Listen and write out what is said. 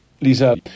Lisa